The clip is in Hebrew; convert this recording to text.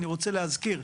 אני רוצה להזכיר,